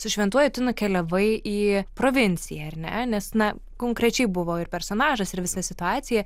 su šventuoju tu nukeliavai į provinciją ar ne nes na konkrečiai buvo ir personažas ir visa situacija